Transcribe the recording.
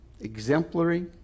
Exemplary